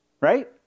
right